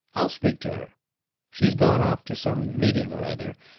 i'll speak to her she's gone off to some meeting or other.